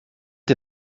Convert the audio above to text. ihr